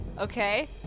okay